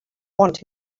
want